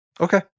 okay